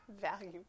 Value